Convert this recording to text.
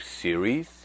series